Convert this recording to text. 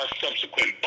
subsequent